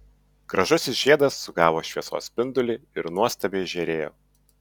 gražusis žiedas sugavo šviesos spindulį ir nuostabiai žėrėjo